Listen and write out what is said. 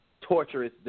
torturous